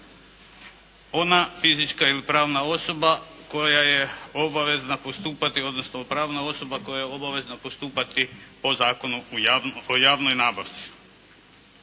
odnosno pravna osoba koja je obavezna postupati po Zakonu o javnoj nabavci.